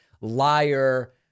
liar